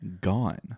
gone